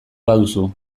baduzu